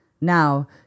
Now